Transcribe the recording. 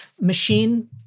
machine